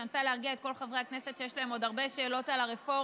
אני רוצה להרגיע את כל חברי הכנסת שיש להם עוד הרבה שאלות על הרפורמה,